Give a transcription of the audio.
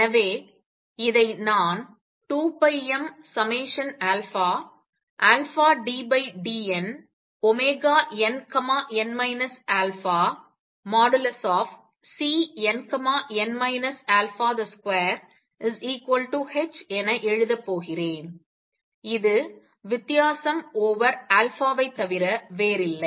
எனவே இதை நான் 2πmddnnn α|Cnn α |2h என எழுதப் போகிறேன் இது வித்தியாசம் ஓவர்வைத் தவிர வேறில்லை